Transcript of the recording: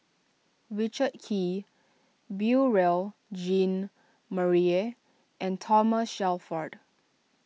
Richard Kee Beurel Jean Marie and Thomas Shelford